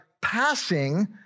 passing